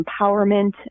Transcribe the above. empowerment